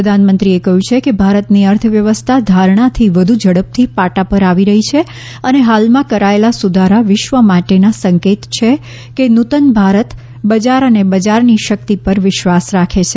પ્રધાનમંત્રીએ કહ્યું છે કે ભારતની અર્થવ્યવસ્થા ધારણાથી વધુ ઝડપથી પાટા પર આવી રહી છે અને હાલમાં કરાયેલા સુધારા વિશ્વ માટેના સંકેત છે કે નૂતન ભારત બજાર અને બજારની શક્તિ પર વિશ્વાસ રાખે છે